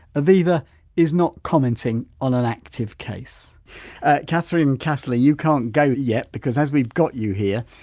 aviva is not commenting on an active case catherine casserley, you can't go yet, because as we've got you here,